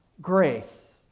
grace